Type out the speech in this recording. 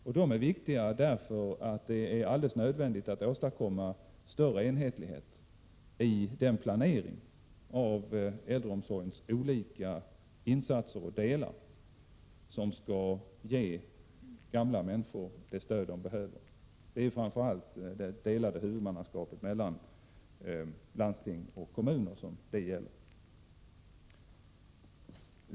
Detta är viktigt, eftersom det är alldeles nödvändigt att åstadkomma större enhetlighet i planeringen av insatserna på äldreomsorgens område, så att gamla människor kan få det stöd som de behöver. Framför allt gäller det det delade huvudmannaskapet mellan landsting och kommuner. Herr talman!